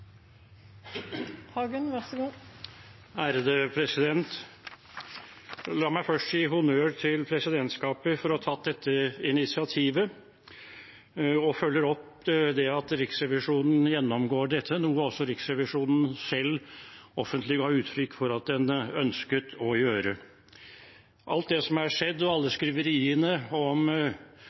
La meg først gi honnør til presidentskapet for å ha tatt dette initiativet og for å følge opp at Riksrevisjonen gjennomgår dette – noe også Riksrevisjonen selv offentlig ga uttrykk for at den ønsket å gjøre. Alt som har skjedd, og alle skriveriene om